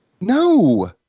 No